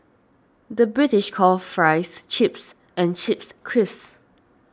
the British calls Fries Chips and Chips Crisps